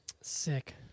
Sick